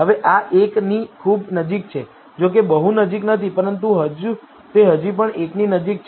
હવે આ 1 ની ખૂબ નજીક છે જોકે બહુ નજીક નથી પરંતુ તે હજી પણ 1 ની નજીક છે